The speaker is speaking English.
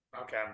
Okay